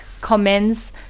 Comments